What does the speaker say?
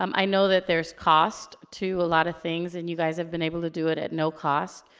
um i know that there's cost to a lot of things, and you guys have been able to do it at no cost.